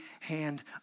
hand